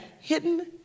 hidden